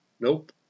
Nope